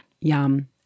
Yum